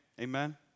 Amen